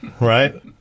right